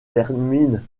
termine